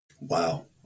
Wow